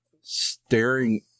staring